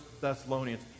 Thessalonians